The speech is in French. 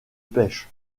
pêche